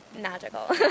magical